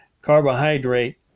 carbohydrate